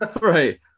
Right